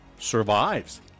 survives